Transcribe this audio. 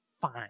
fine